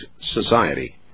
society